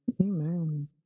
Amen